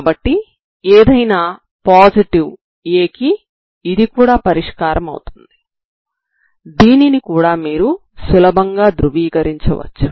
కాబట్టి ఏదైనా positive a కి ఇది కూడా పరిష్కారమవుతుంది దీనిని కూడా మీరు సులభంగా ధ్రువీకరించవచ్చు